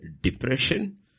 depression